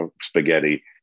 spaghetti